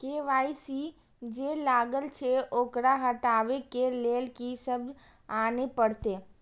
KYC जे लागल छै ओकरा हटाबै के लैल की सब आने परतै?